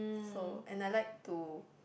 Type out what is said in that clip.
so and I like to